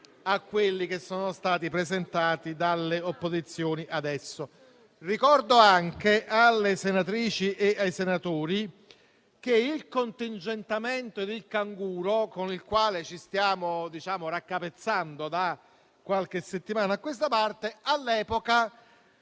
a quelli che sono stati presentati dalle opposizioni. Ricordo anche alle senatrici e ai senatori che il contingentamento del canguro, con il quale ci stiamo raccapezzando da qualche settimana a questa parte, all'epoca